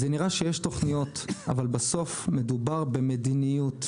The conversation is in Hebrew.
נראה שיש תוכניות אבל בסוף מדובר במדיניות.